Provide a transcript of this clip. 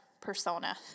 persona